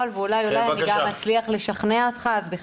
אתה לא מכיר אותנו